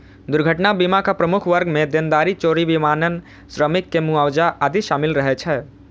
दुर्घटना बीमाक प्रमुख वर्ग मे देनदारी, चोरी, विमानन, श्रमिक के मुआवजा आदि शामिल रहै छै